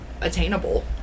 attainable